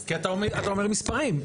כי אתה אומר מספרים.